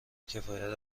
کفایت